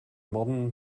modern